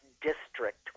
District